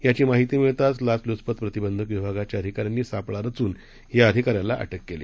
याचीमाहितीमिळताचलाचलुचपतप्रतिबंधकविभागाच्याअधिकाऱ्यंनीसापळारचूनयाअधिकाऱ्यालाअटककेली